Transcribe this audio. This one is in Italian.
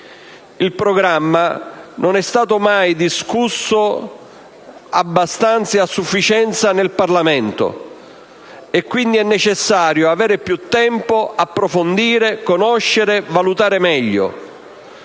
Il programma non è mai stato discusso a sufficienza in Parlamento, è quindi necessario avere più tempo per approfondire, conoscere e valutare meglio.